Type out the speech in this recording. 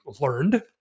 learned